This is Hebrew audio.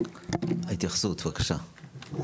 ההתייחסות, בבקשה.